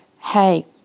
hey